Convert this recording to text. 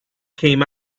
came